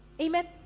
Amen